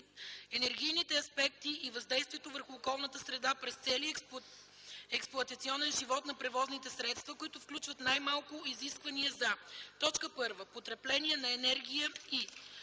енергийните аспекти и въздействието върху околната среда през целия експлоатационен живот на превозните средства, които включват най-малко изисквания за: 1. потребление на енергия, и